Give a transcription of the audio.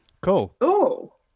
cool